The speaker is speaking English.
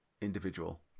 individual